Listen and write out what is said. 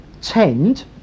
tend